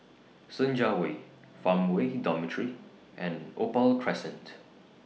Senja Way Farmway Dormitory and Opal Crescent